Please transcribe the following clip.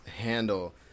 handle